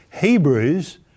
Hebrews